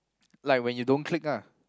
like when you don't click ah